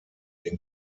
den